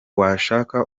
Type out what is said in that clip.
washaka